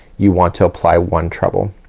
you want to apply one treble.